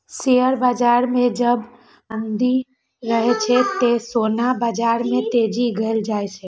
share बाजार मे जब मंदी रहै छै, ते सोना बाजार मे तेजी देखल जाए छै